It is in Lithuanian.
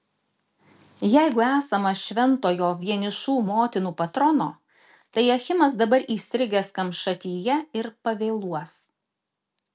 jeigu esama šventojo vienišų motinų patrono tai achimas dabar įstrigęs kamšatyje ir pavėluos